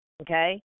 Okay